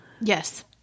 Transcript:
yes